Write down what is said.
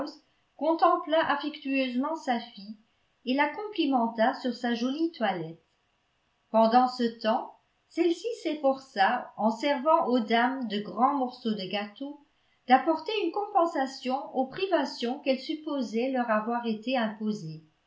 contempla affectueusement sa fille et la complimenta sur sa jolie toilette pendant ce temps celle-ci s'efforça en servant aux dames de grands morceaux de gâteau d'apporter une compensation aux privations qu'elle supposait leur avoir été imposées